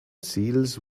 seals